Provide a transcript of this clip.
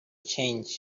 change